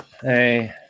hey